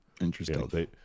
interesting